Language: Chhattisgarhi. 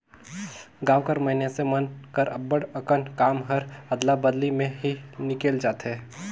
गाँव कर मइनसे मन कर अब्बड़ अकन काम हर अदला बदली में ही निकेल जाथे